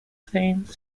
zones